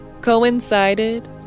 coincided